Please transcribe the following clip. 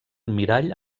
mirall